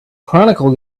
chronicle